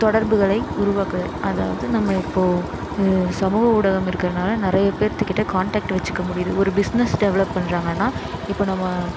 தொடர்புகளை உருவாக்குதல் அதாவது நம்ம இப்போது இ சமூக ஊடகம் இருக்கிறனால நிறைய பேர்த்துக்கிட்ட காண்டெக்ட் வெச்சுக்க முடியுது ஒரு பிஸ்னஸ் டெவலப் பண்ணுறாங்கன்னா இப்போ நம்ம